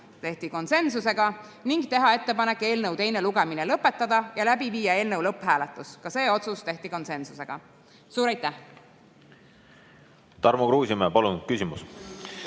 tehti konsensusega, ning teha ettepanek eelnõu teine lugemine lõpetada ja viia läbi eelnõu lõpphääletus. Ka see otsus tehti konsensusega. Suur aitäh! Tarmo Kruusimäe, palun küsimus!